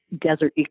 desert